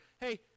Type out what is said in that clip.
hey